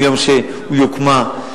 מיום שהוקמה,